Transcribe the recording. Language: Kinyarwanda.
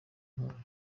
intwaro